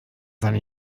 seine